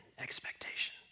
expectation